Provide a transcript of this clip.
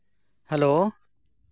hello